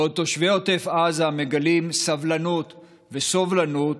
בעוד תושבי עוטף עזה מגלים סבלנות וסובלנות